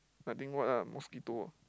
I think what ah mosquito